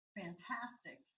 fantastic